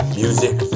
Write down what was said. music